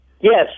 yes